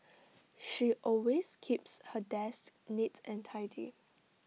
she always keeps her desk neat and tidy